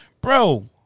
bro